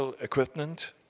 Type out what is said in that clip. equipment